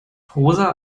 rosa